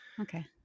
okay